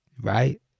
right